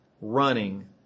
running